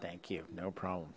thank you no problem